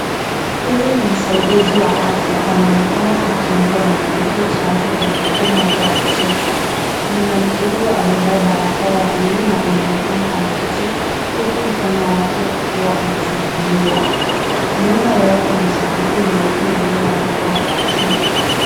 Huyu ni msaidizi wa afya. Anaonekana akimpa mwanamke chanjo kwenye mkono wake wa kushoto. Mwanamke huyo amevaa barakoa ya buluu na anaonekana ameketi. Huku mkono wake ukiwa umefunguliwa. Nyuma yao kuna sanduku nyeupe lililoandikwa v accine .